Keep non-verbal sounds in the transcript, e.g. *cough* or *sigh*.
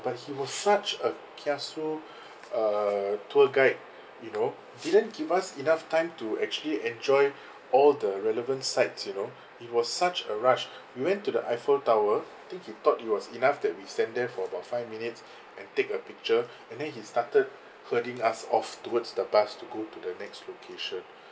but he was such a kiasu *breath* uh tour guide you know didn't give us enough time to actually enjoy *breath* all the relevant sites you know it was such a rush we went to the eiffel tower I think he thought it was enough that we stand there for about five minutes and take a picture and then he started herding us off towards the bus to go to the next location